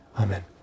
Amen